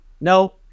No